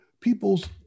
People's